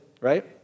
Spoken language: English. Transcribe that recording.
right